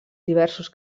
diversos